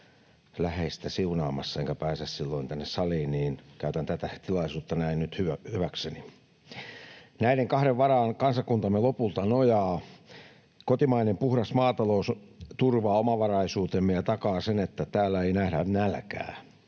läheistä siunaamassa, enkä pääse silloin tänne saliin, niin käytän tätä tilaisuutta näin nyt hyväkseni. Näiden kahden varaan kansakuntamme lopulta nojaa. Kotimainen puhdas maatalous turvaa omavaraisuutemme ja takaa sen, että täällä ei nähdä nälkää.